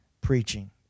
preaching